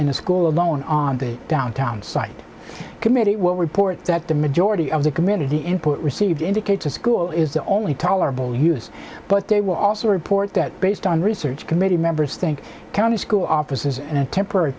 a school alone on the downtown site committee will report that the majority of the community input received indicates the school is the only tolerable use but they will also report that based on research committee members think county school offices and a temporary